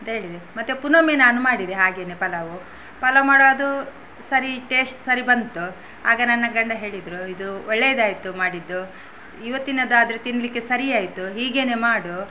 ಅಂತ ಹೇಳಿದೆ ಮತ್ತೆ ಪುನೊಮ್ಮೆ ನಾನು ಮಾಡಿದೆ ಹಾಗೆಯೇ ಪಲಾವು ಪಲಾವು ಮಾಡುವಾಗ ಅದು ಸರಿ ಟೇಸ್ಟ್ ಸರಿ ಬಂತು ಆಗ ನನ್ನ ಗಂಡ ಹೇಳಿದರು ಇದು ಒಳ್ಳೆಯದಾಯಿತು ಮಾಡಿದ್ದು ಇವತ್ತಿನದಾದರೆ ತಿನ್ನಲಿಕ್ಕೆ ಸರಿಯಾಯಿತು ಹೀಗೆಯೇ ಮಾಡು